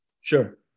sure